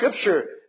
scripture